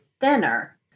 thinner